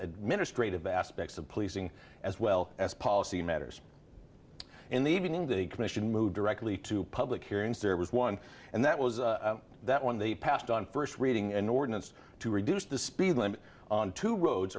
administrative aspects of policing as well as policy matters in the evening the commission moved directly to public hearings there was one and that was that when they passed on first reading an ordinance to reduce the speed limit on two roads